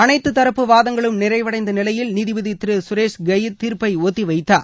அனைத்து தரப்பு வாதங்களும் நிறைவடைந்த நிலையில் நீதிபதி திரு சுரேஷ் கயித் தீர்ப்பை ஒத்தி வைத்தார்